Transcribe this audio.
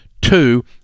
Two